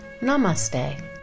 Namaste